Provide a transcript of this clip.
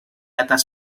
atas